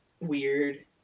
weird